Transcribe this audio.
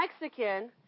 Mexican